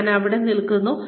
ഞാൻ എവിടെ നിൽക്കുന്നു